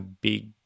big